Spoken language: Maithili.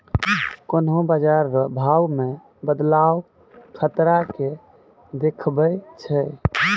कोन्हों बाजार रो भाव मे बदलाव खतरा के देखबै छै